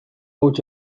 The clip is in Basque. huts